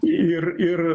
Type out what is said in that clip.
ir ir